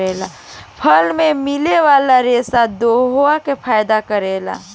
फल मे मिले वाला रेसा देह के फायदा करेला